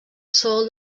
sol